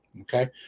Okay